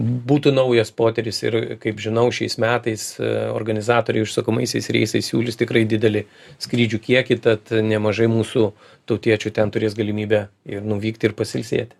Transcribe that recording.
būtų naujas potyris ir kaip žinau šiais metais organizatoriai užsakomaisiais reisais siūlys tikrai didelį skrydžių kiekį tad nemažai mūsų tautiečių ten turės galimybę nuvykti ir pasiilsėti